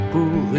Pour